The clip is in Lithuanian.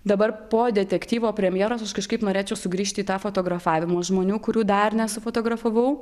dabar po detektyvo premjeros aš kažkaip norėčiau sugrįžt į tą fotografavimą žmonių kurių dar nesufotografavau